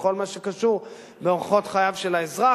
בכל מה שקשור באורחות חייו של האזרח.